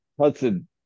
Hudson